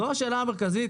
זו השאלה המרכזית